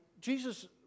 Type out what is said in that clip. Jesus